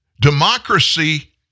Democracy